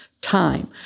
time